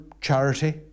charity